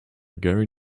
gary